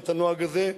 ואת הנוהג הזה,